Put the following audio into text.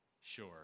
sure